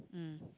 mm